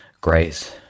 grace